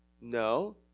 No